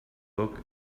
book